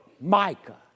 Micah